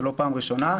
זו לא הפעם הראשונה.